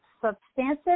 substantive